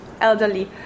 elderly